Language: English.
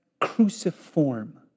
cruciform